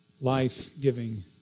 life-giving